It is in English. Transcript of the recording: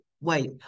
wait